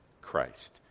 Christ